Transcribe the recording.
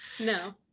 No